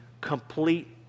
complete